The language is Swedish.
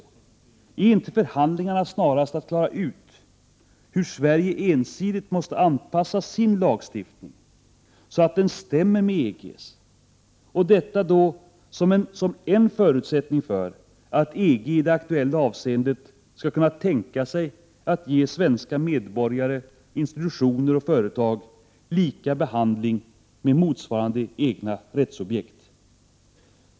Gäller inte ”förhandlingarna” snarast att klara ut hur Sverige ensidigt måste anpassa sin lagstiftning, så att den stämmer med EG:s? Och detta då som en förutsättning för att EG i det aktuella avseendet skall kunna tänka sig att ge svenska medborgare, institutioner och företag lika behandling med motsvarande egna rättsobjekt.